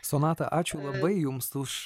sonata ačiū labai jums už